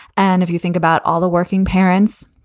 and if you think about all the working parents,